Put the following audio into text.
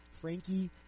Frankie